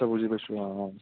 বুজি পাইছোঁ অ' অ'